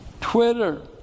Twitter